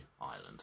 Ireland